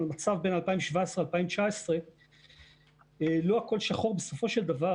המספר הזה עלה עם השנים ל-5.6; באזור המרכז היה 3.8,